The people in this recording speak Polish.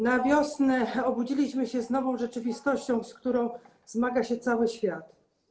Na wiosnę obudziliśmy się w nowej rzeczywistości, z którą zmaga się cały świat.